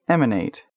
Emanate